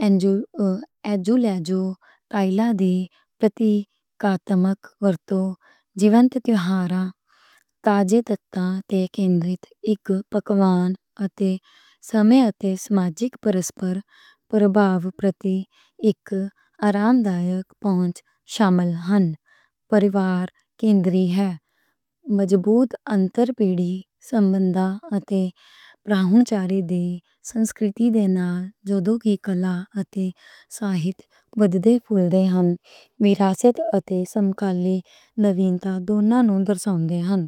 ازولےجو، tile work, poetry, رِچول، تہواراں تے کینڈرِت اک پکوان اتے سماں اتے سماجک پرَسپر پربھاواں پرتی اک آرامدائیک پن شامل ہن، پریوار-کینڈرِی ہے۔ مضبوط انتر-پیڑھی سنوَندا اتے پراہنچاری دی سنسکِرتی دے نال جوڑ کے کلا اتے صاحبھ بد دے پھُل دے ہن، میراث اتے سَمکالی نویتا نوں درساؤں دے ہن۔